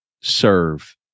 serve